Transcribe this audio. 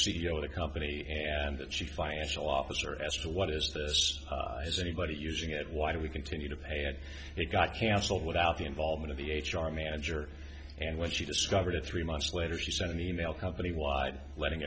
o of the company and that she financial officer asked what is this has anybody using it why do we continue to pay it and it got cancelled without the involvement of the h r manager and when she discovered it three months later she sent an email company wide letting